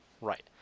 right